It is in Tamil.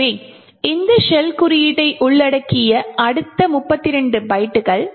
எனவே இந்த ஷெல் குறியீட்டை உள்ளடக்கிய அடுத்த 32 பைட்டுகள்